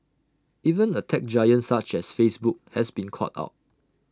even A tech giant such as Facebook has been caught out